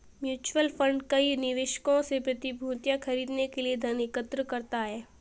mutual fund कई निवेशकों से प्रतिभूतियां खरीदने के लिए धन एकत्र करता है